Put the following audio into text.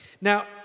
Now